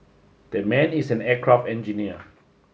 that man is an aircraft engineer